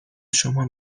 شما